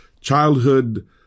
childhood